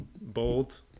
Bold